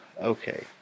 okay